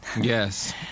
Yes